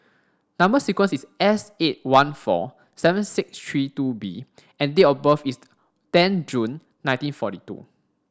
number sequence is S eight one four seven six three two B and date of birth is ten June nineteen forty two